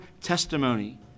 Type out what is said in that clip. testimony